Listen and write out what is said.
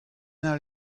all